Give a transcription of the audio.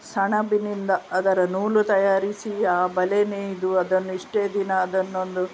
ಸೆಣಬಿನಿಂದ ಅದರ ನೂಲು ತಯಾರಿಸಿ ಆ ಬಲೆ ನೇಯ್ದು ಅದನ್ನು ಇಷ್ಟೇ ದಿನ ಅದನ್ನೊಂದು